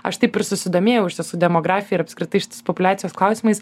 aš taip ir susidomėjau iš tiesų demografija ir apskritai šitais populiacijos klausimais